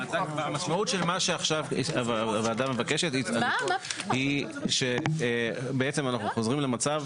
המשמעות של מה שעכשיו הוועדה מבקשת - אנחנו בעצם חוזרים למצב